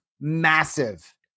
massive